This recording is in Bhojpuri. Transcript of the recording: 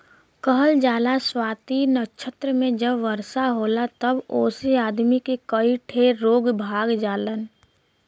कहल जाला स्वाति नक्षत्र मे जब वर्षा होला तब ओसे आदमी के कई ठे रोग भाग जालन